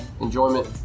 enjoyment